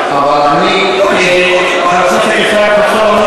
חבר הכנסת ישראל חסון,